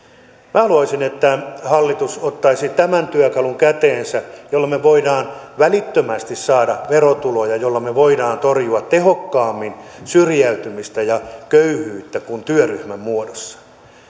minä haluaisin että hallitus ottaisi tämän työkalun käteensä jolloin me voimme välittömästi saada verotuloja jolloin me voimme torjua syrjäytymistä ja köyhyyttä tehokkaammin kuin työryhmän muodossa